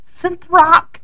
synthrock